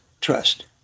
trust